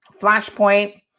Flashpoint